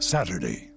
Saturday